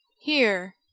Here